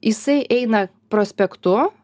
jisai eina prospektu